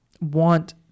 want